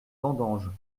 vendanges